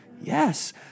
Yes